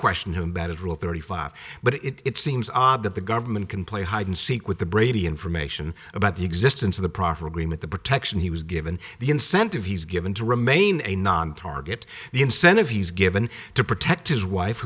question him benadryl thirty five but it seems odd that the government can play hide and seek with the brady information about the existence of the proper agreement the protection he was given the incentive he's given to remain a non target the incentive he's given to protect his wife